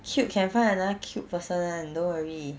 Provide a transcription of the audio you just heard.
cute can find another cute person [one] don't worry